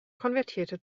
konvertierte